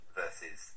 versus